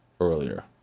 earlier